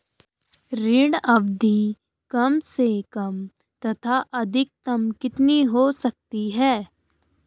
ऋण अवधि कम से कम तथा अधिकतम कितनी हो सकती है?